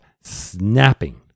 snapping